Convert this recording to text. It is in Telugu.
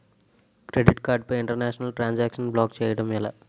క్రెడిట్ కార్డ్ పై ఇంటర్నేషనల్ ట్రాన్ సాంక్షన్ బ్లాక్ చేయటం ఎలా?